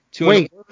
wait